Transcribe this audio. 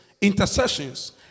intercessions